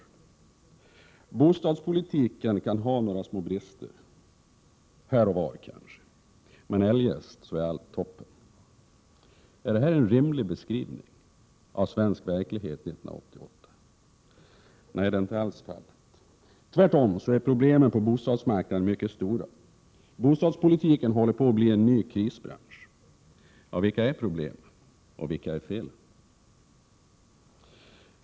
49 Bostadspolitiken kan ha sina små brister här och där, men eljest är allt toppen. Är detta en rimlig beskrivning av svensk verklighet 1988? Nej, så är alls inte fallet — tvärtom. Problemen på bostadsmarknaden är mycket stora. Bostadspolitiken håller på att bli en ny krisbransch. Men vilka är då problemen och vilka är felen?